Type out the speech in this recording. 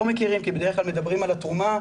מכירים כי בדרך כלל מדברים על התרומה,